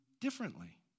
differently